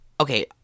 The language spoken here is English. Okay